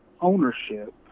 ownership